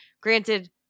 granted